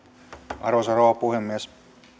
arvoisa rouva puhemies